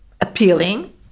appealing